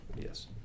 Yes